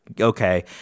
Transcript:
okay